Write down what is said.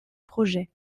projet